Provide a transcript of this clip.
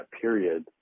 period